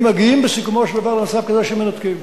מגיעים בסיכומו של דבר למצב כזה שמנתקים,